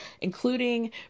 including